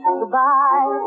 goodbye